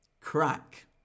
Crack